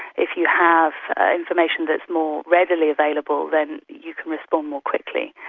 if you have information that is more readily available then you can respond more quickly.